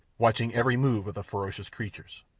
watching every move of the ferocious creatures.